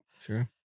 Sure